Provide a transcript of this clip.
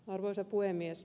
arvoisa puhemies